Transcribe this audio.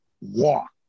walk